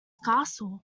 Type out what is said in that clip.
castle